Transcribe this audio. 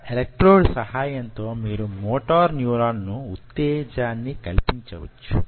ఒక ఎలక్ట్రోడ్ సహాయంతో మీరు మోటార్ న్యూరాన్ కు వుత్తేజాన్ని కల్పించవచ్చు